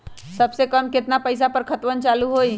सबसे कम केतना पईसा पर खतवन चालु होई?